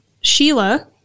Sheila